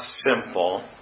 simple